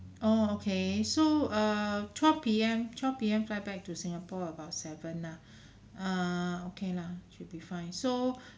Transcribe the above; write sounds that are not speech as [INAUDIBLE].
oh okay so err twelve P_M twelve P_M fly back to singapore about seven lah [BREATH] err okay lah should be fine so